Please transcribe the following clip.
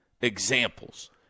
examples